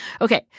Okay